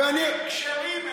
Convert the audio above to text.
זה לשיטתך.